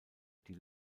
die